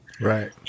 Right